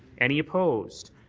any opposed.